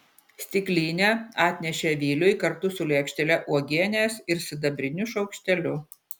stiklinę atnešė viliui kartu su lėkštele uogienės ir sidabriniu šaukšteliu